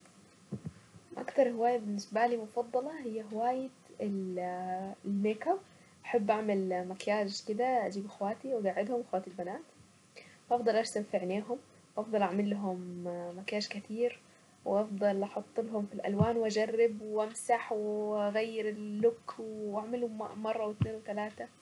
اكتر الاكل المفضل لي هو الاكل المالح مش الاكل الحلو عشان انا بحس ان السكر بيخلي الانسان مش منتبه وخصوصا لو علي ممكن يجيب له مرض السكر لو زودنا جرعة السكر في الاكل ممكن يجينا مرض السكر صاحب الاكل المالح بس ما يكون ما يكونش ملح قوي.